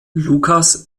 lukas